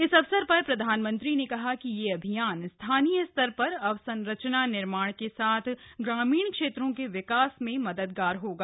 इस अवसर पर प्रधानमंत्री ने कहा कि यह अभियान स्थानीय स्तर पर अवसंरचना निर्माण के साथ ग्रामीण क्षेत्रों के विकास में मददगार होगा